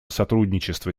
сотрудничество